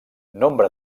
nombre